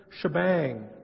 shebang